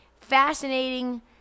Fascinating